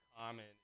common